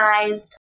organized